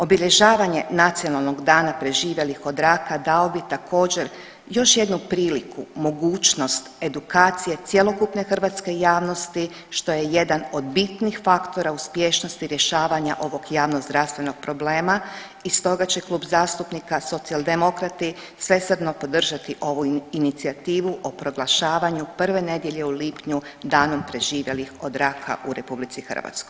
Obilježavanje nacionalnog dana preživjelih od raka dao bi također još jednu priliku, mogućnost edukacije cjelokupne hrvatske javnosti što je jedan od bitnih faktora uspješnosti rješavanja ovog javnozdravstvenog problema i stoga će Klub zastupnika Socijaldemokrati svesrdno podržati ovu inicijativu o proglašavanju prve nedjelje u lipnju danom preživjelih od raka u RH.